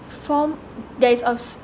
form that is a